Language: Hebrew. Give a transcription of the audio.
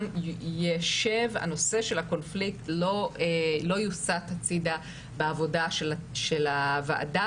יישב הנושא של הקונפליקט ולא יוסט הצידה בעבודה של הוועדה,